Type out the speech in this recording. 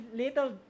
little